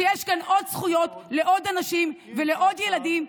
שיש כאן עוד זכויות לעוד אנשים ולעוד ילדים,